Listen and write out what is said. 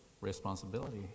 responsibility